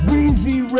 Weezy